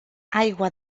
aigua